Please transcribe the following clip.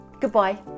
goodbye